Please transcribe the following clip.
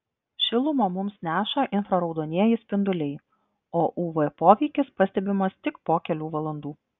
šilumą mums neša infraraudonieji spinduliai o uv poveikis pastebimas tik po kelių valandų